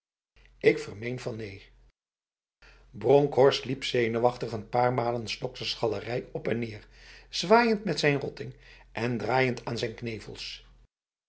ik vermeen van neen bronkhorst liep zenuwachtig n paar malen s dokters galerij op en neer zwaaiend met zijn rotting en draaiend aan zijn knevels